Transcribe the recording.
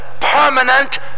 permanent